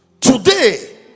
Today